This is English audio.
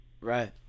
Right